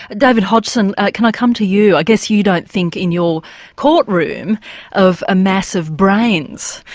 but david hodgson, can i come to you? i guess you don't think in your courtroom of a mass of brains,